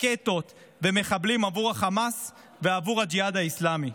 רקטות ומחבלים עבור החמאס ועבור הג'יהאד האסלאמי.